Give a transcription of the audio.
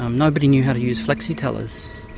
um nobody knew how to use flexi-tellers.